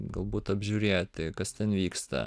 galbūt apžiūrėti kas ten vyksta